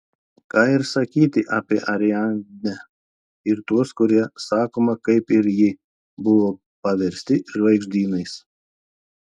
ką ir sakyti apie ariadnę ir tuos kurie sakoma kaip ir ji buvo paversti žvaigždynais